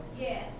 Yes